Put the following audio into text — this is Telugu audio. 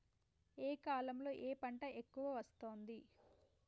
ఏ కాలంలో ఏ పంట ఎక్కువ వస్తోంది?